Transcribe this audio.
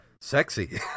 sexy